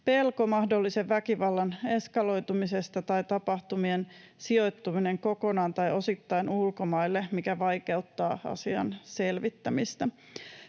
Pelko mahdollisen väkivallan eskaloitumisesta tai tapahtumien sijoittuminen kokonaan tai osittain ulkomaille vaikeuttavat asian selvittämistä.